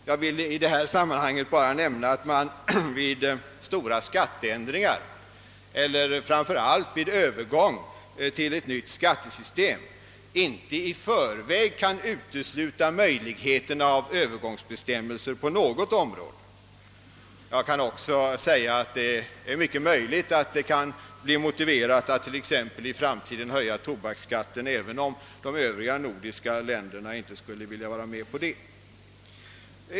Jag vill i detta sammanhang bara nämna, att man vid stora skatteändringar, framför allt vid övergång till ett nytt skattesystem, inte i förväg kan utesluta möjligheterna av övergångsbestämmelser på något område. Jag kan också säga att det är mycket möjligt att det i framtiden kan bli motiverat att t.ex. höja tobaksskatten, även om de övriga nordiska länderna inte skulle vilja vara med därom.